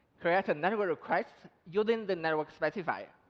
create a network request using the networkspecifier.